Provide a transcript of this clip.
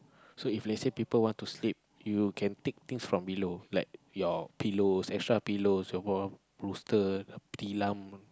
so if let say people want to sleep you can take things from below like your pillows extra pillows your bolster tilam